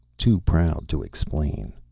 too proud to explain.